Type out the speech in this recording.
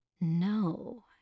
No